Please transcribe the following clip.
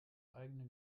eigene